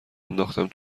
انداختم